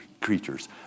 creatures